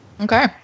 Okay